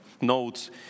notes